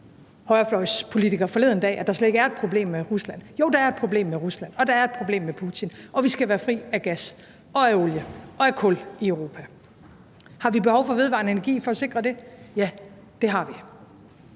højrefløjspolitiker, som mener, at der slet ikke er et problem med Rusland. Jo, der er et problem med Rusland, og der er et problem med Putin, og vi skal være fri af gas, af olie og af kul i Europa. Har vi behov for vedvarende energi for at sikre det? Ja, det har vi.